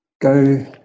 go